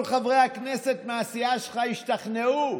כל חברי הכנסת מהסיעה שלך השתכנעו.